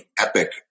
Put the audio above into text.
epic